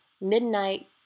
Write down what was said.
midnight